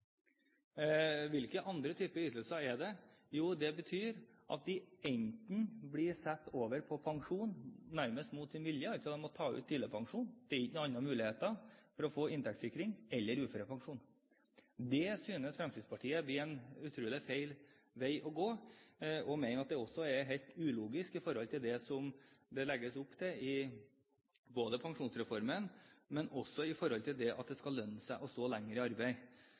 Hvilke andre typer ytelser er det? Jo, det betyr at de enten blir satt over på pensjon – nærmest mot sin vilje ved at de må ta ut tidligpensjon, fordi det ikke er andre muligheter for inntektssikring – eller de må få uførepensjon. Det synes Fremskrittspartiet blir en utrolig feil vei å gå, og vi mener at det også er helt ulogisk i forhold til det som det legges opp til i pensjonsreformen, og i forhold til at det skal lønne seg å stå lenger i arbeid.